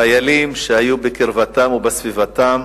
חיילים שהיו בקרבתם ובסביבתם,